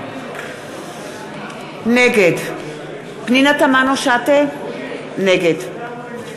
נגד פנינה תמנו-שטה, נגד